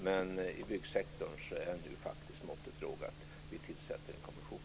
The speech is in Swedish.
Men när det gäller byggsektorn är måttet nu faktiskt rågat. Vi tillsätter en kommission.